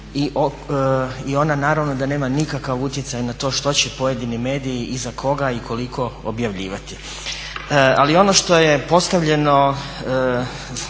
I ona naravno da nema nikakav utjecaj na to što će pojedini mediji i za koga i koliko objavljivati. Ali ono što je postavljeno